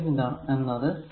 ചോദ്യം എന്നത്